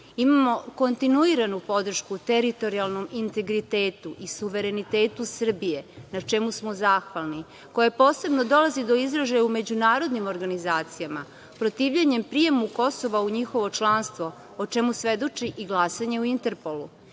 Imamo kontinuiranu podršku teritorijalnom integritetu i suverenitetu Srbije, na čemu smo zahvalni, koja posebno dolazi do izražaja u međunarodnim organizacijama, protivljenjem prijema Kosova u njihovo članstvo, o čemu svedoči i glasanje u Interpolu. Na